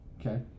Okay